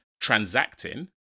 transacting